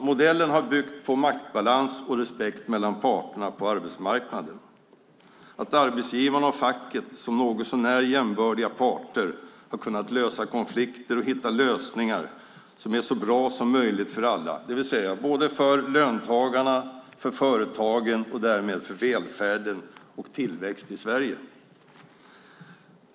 Modellen har byggt på maktbalans och respekt mellan parterna på arbetsmarknaden, på att arbetsgivaren och facket som något så när jämbördiga parter har kunnat lösa konflikter och hittat lösningar som är så bra som möjligt för alla, det vill säga både för löntagarna och för företagen och därmed för välfärden och tillväxten i Sverige.